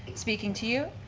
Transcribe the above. speaking to you,